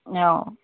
অ